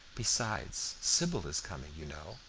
besides, sybil is coming, you know.